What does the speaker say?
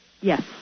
Yes